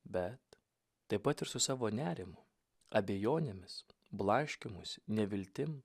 bet taip pat ir su savo nerimu abejonėmis blaškymusi neviltim